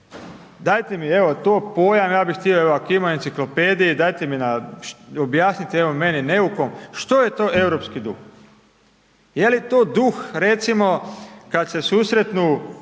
Dajete mi evo to pojam, ja bih htio evo ako ima u enciklopediji, dajte mi objasnite meni neukom što je to europski duh. Je li to duh recimo kad se susretnu